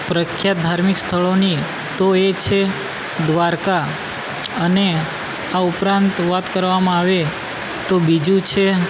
પ્રખ્યાત ધાર્મિક સ્થળોની તો એ છે દ્વારકા અને આ ઉપરાંત વાત કરવામાં આવે તો બીજું છે